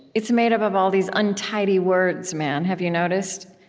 it's made up of all these untidy words, man, have you noticed?